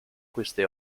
queste